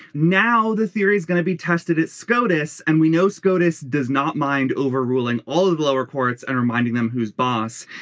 now the theory is gonna be tested tested at scotus and we know scotus does not mind overruling all of the lower courts and reminding them who's boss.